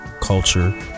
culture